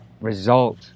result